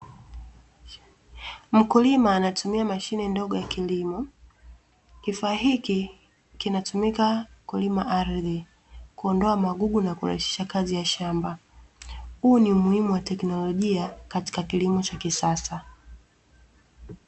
Mkulima anatumia mashine ndogo ya kilimo. Kifaa hiki kinatumika kulima ardhi, kuondoa magugu na kurahisisha kazi ya shamba huu ni umuhimu wa teknolojia katika kilimo cha kisasa.